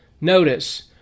notice